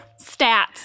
stats